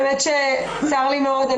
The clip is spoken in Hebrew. האמת שצר לי מאוד,